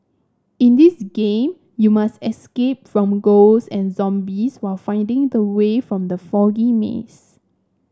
in this game you must escape from ghosts and zombies while finding the way from the foggy maze